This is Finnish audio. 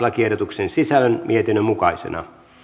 lakiehdotuksen sisällön mietinnön mukaisena